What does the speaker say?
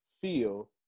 feel